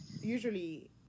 Usually